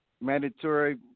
mandatory